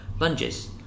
lunges